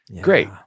great